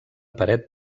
paret